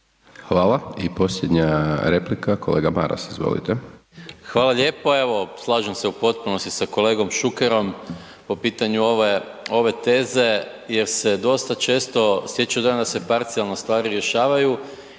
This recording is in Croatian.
Hvala. I posljednja replika, kolega Maras, izvolite. **Maras, Gordan (SDP)** Hvala lijepo. Evo slažem se u potpunosti sa kolegom Šukerom po pitanju ove teze jer se dosta često stječe dojam da se parcijalno stvari rješavaju